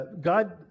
God